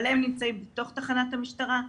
אבל הם נמצאים בתוך תחנת המשטרה.